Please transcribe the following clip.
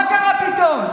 מה קרה פתאום?